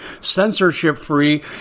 censorship-free